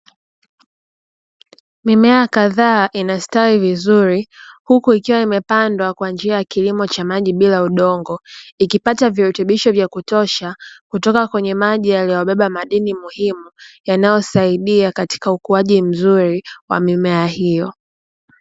Mimea kadhaa inastawi vizuri huku ikiwa imepandwa kwa njia ya kilimo cha maji bila udongo, ikipata virutubisho vya kutosha kutoka kwenye maji yaliyoyabeba madini muhimu yanayosaidia katika ukuaji mzuri wa mimea hiyo.